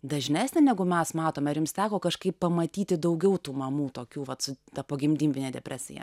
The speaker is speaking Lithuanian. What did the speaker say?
dažnesnė negu mes matome ar jums teko kažkaip pamatyti daugiau tų mamų tokių vat su ta pogimdymine depresija